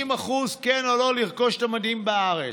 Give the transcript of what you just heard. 50%, כן או לא, לרכוש את המדים בארץ.